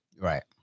Right